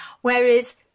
Whereas